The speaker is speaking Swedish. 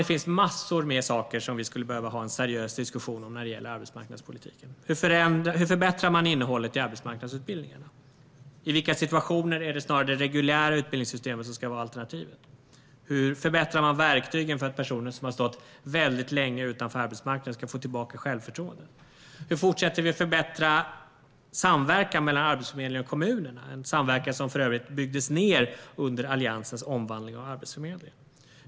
Det finns massor av saker som vi skulle behöva ha en seriös diskussion om när det gäller arbetsmarknadspolitiken. Hur förbättrar man innehållet i arbetsmarknadsutbildningarna? I vilka situationer är det snarare det reguljära utbildningssystemet som ska vara alternativet? Hur förbättrar man verktygen så att personer som har stått länge utanför arbetsmarknaden ska få tillbaka självförtroendet? Hur fortsätter vi att förbättra samverkan mellan Arbetsförmedlingen och kommunerna? Det är en samverkan som för övrigt monterades ned under Alliansens omvandling av Arbetsförmedlingen.